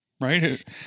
right